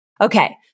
Okay